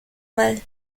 mal